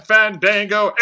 Fandango